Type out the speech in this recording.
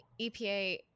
EPA